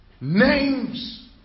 Names